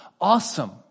Awesome